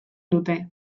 dute